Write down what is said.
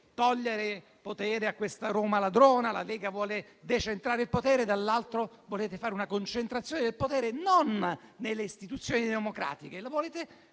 togliere potere a Roma ladrona, la Lega vuole decentrare il potere e, dall'altro, volete fare una concentrazione del potere non nelle istituzioni democratiche,